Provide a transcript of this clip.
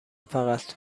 فقط